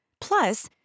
Plus